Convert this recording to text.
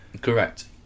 Correct